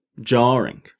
jarring